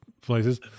places